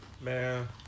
Man